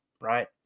Right